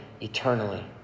eternally